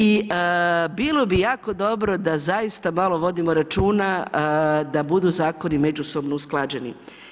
I bilo bi jako dobro da zaista malo vodimo računa da budu zakoni međusobno usklađeni.